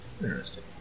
Interesting